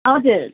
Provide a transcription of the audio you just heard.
हजुर